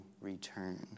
return